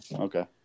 Okay